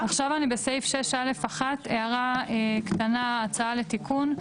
עכשיו אני בסעיף 6(א)(1), הערה קטנה, הצעה לתיקון.